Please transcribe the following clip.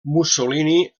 mussolini